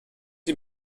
sie